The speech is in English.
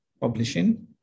publishing